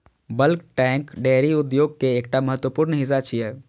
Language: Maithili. बल्क टैंक डेयरी उद्योग के एकटा महत्वपूर्ण हिस्सा छियै